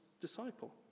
disciple